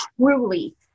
truly